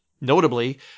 Notably